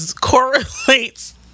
correlates